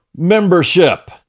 Membership